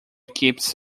keeps